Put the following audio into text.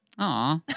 Aw